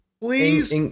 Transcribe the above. Please